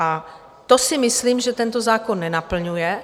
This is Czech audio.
A to si myslím, že tento zákon nenaplňuje.